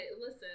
listen